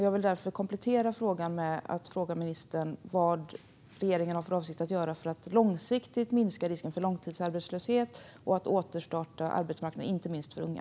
Jag vill därför komplettera med att fråga ministern vad regeringen har för avsikt att göra för att långsiktigt minska risken för långtidsarbetslöshet och återstarta arbetsmarknaden inte minst för unga.